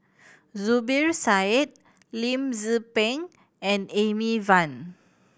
Zubir Said Lim Tze Peng and Amy Van